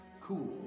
cool